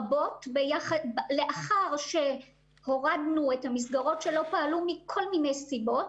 לאחר שהורדנו את המסגרות שלא פעלו מכל מיני סיבות,